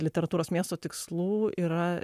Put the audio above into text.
literatūros miestų tikslų yra